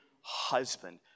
husband